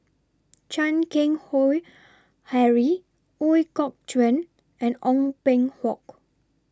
Chan Keng Howe Harry Ooi Kok Chuen and Ong Peng Hock